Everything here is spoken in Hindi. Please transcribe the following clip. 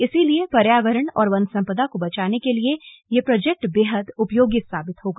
इसलिए पर्यावरण और वन सम्पदा को बचाने के लिए यह प्रोजेक्ट बेहद उपयोगी साबित होगा